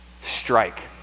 strike